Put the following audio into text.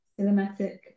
cinematic